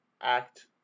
act